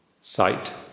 sight